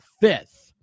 fifth